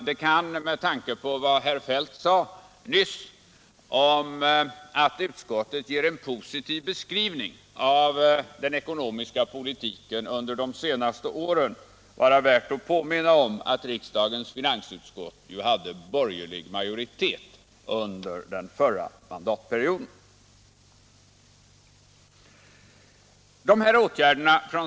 Det kan, med tanke på vad herr Feldt sade nyss om att utskottet ger en positiv beskrivning av den ekonomiska politiken under de senaste åren, vara värt att påminna om att riksdagens finansutskott hade borgerlig majoritet under den förra mandatperioden.